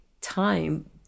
time